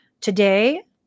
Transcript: today